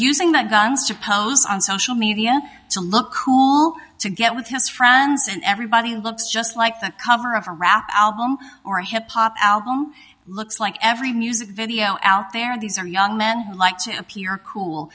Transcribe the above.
using that guns to pose on social media to look cool to get with his friends and everybody looks just like the cover of a rap album or a hip hop album looks like every music video out there these are young men who like to appear cool